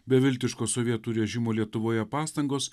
beviltiško sovietų režimo lietuvoje pastangos